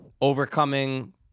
overcoming